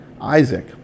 Isaac